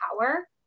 power